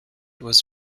was